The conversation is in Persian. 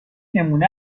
نمونه